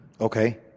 Okay